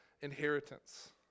inheritance